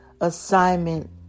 assignment